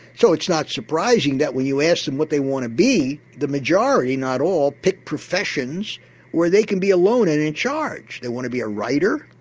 so it's not surprising that when you asked them what they want to be the majority, not all, picked professions where they can be alone and in charge. they want to be a writer,